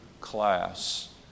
class